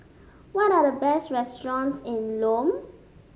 what are the best restaurants in Lome